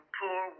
poor